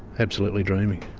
absolutely dreaming'.